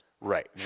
Right